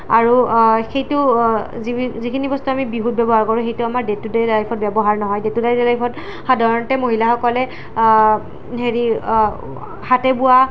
আৰু সেইটো যি যিখিনি বস্তু আমি বিহুত ব্যৱহাৰ কৰোঁ সেইটো আমাৰ দে টু দে লাইফত ব্যৱহাৰ নহয় দে টু দে লাইফত সাধাৰণতে মহিলাসকলে হেৰি হাতে বোৱা